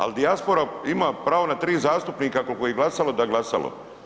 Ali dijaspora ima pravo na 3 zastupnika koliko ih glasalo da glasalo.